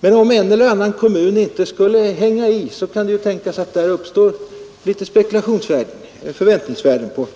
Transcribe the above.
Men om en eller annan kommun inte hänger med, kan det uppstå spekulationsvärden, förväntningsvärden.